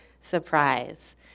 surprise